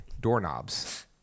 doorknobs